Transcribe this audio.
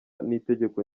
n’itegeko